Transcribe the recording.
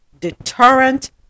deterrent